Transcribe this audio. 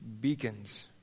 beacons